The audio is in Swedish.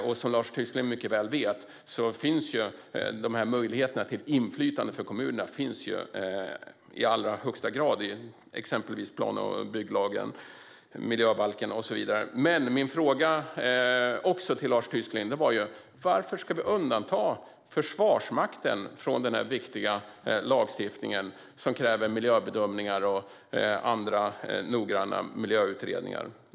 Som Lars Tysklind mycket väl vet finns dessa möjligheter till inflytande för kommunerna i allra högsta grad i exempelvis plan och bygglagen, miljöbalken och så vidare. Men jag hade också en annan fråga till Lars Tysklind: Varför ska vi undanta Försvarsmakten från denna viktiga lagstiftning som kräver miljöbedömningar och andra noggranna miljöutredningar?